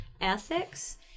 ethics